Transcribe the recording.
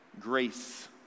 grace